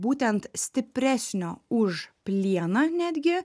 būtent stipresnio už plieną netgi